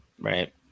Right